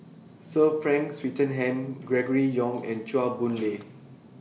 Sir Frank Swettenham Gregory Yong and Chua Boon Lay